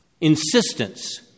insistence